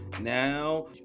Now